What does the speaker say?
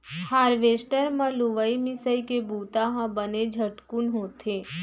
harvester म लुवई मिंसइ के बुंता ह बने झटकुन होथे